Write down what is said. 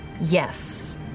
Yes